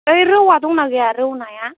ओइ रौआ दंना गैया रौ नाया